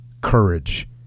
courage